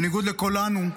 בניגוד לכולנו,